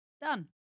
Done